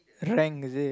rank is it